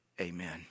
amen